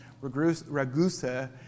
Ragusa